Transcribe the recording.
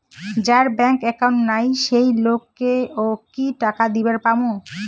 যার bank account নাই সেই লোক কে ও কি টাকা দিবার পামু?